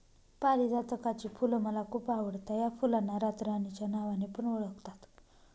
पारीजातकाची फुल मला खूप आवडता या फुलांना रातराणी च्या नावाने पण ओळखतात